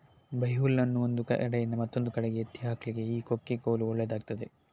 ಬೈಹುಲ್ಲನ್ನು ಒಂದು ಕಡೆಯಿಂದ ಮತ್ತೊಂದು ಕಡೆಗೆ ಎತ್ತಿ ಹಾಕ್ಲಿಕ್ಕೆ ಈ ಕೊಕ್ಕೆ ಕೋಲು ಒಳ್ಳೇದಾಗ್ತದೆ